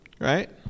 right